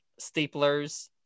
staplers